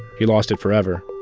he lost it forever.